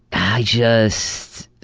i just.